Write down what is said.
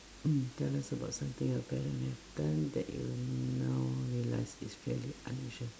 mm tell us about something your parent have done that you now realise is fairly unusual